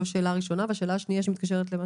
שאלה שנייה, מתקשרת לדבריה